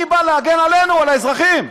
אני בא להגן עלינו, על האזרחים,